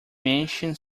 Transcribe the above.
mention